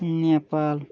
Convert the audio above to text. Nepal